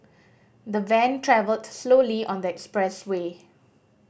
the van travelled slowly on the expressway